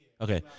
Okay